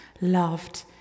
loved